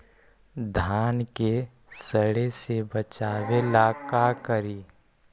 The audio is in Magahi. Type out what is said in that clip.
धान के सड़े से बचाबे ला का करि?